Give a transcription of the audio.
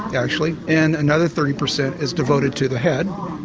actually, and another thirty percent is devoted to the head,